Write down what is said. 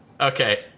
Okay